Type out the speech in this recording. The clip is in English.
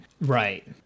Right